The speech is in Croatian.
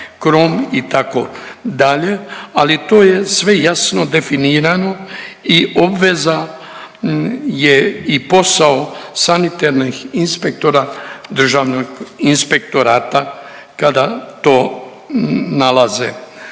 krom itd. Ali to je sve jasno definirano i obveza je i posao sanitarnih inspektora Državnog inspektorata kada to nalaze.